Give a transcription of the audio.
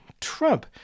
Trump